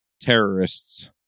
terrorists